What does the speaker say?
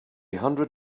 hundred